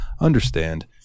understand